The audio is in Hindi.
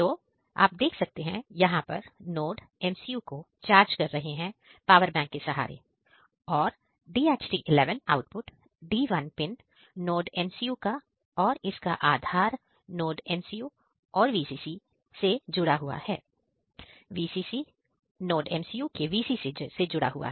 तो यहां पर NodeMCU को चार्ज कर रहे हैं पावर बैंक के सहारे और DHT11 output D1 pin NodeMCU का और इसका आधार NodeMCU और VCC के मैदान से जुड़ा हुआ है VCC NodeMCU के VCC से जुड़ा हुआ है